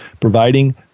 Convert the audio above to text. providing